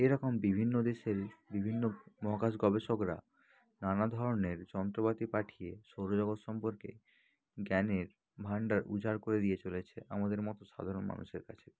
এরকম বিভিন্ন দেশের বিভিন্ন মহাকাশ গবেষকরা নানা ধরনের যন্ত্রপাতি পাঠিয়ে সৌরজগৎ সম্পর্কে জ্ঞানের ভান্ডার উজার করে দিয়ে চলেছে আমাদের মতো সাধারণ মানুষের কাছে